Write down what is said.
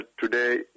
today